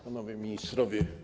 Panowie Ministrowie!